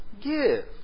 give